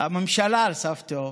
הממשלה על סף תהום.